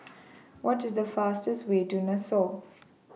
What IS The fastest Way to Nassau